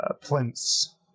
plinths